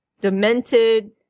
demented